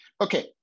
Okay